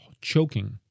choking